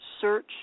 search